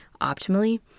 optimally